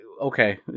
okay